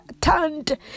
turned